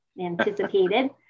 anticipated